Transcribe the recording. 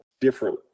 different